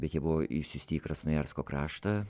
bet jie buvo išsiųsti į krasnojarsko kraštą